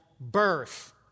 birth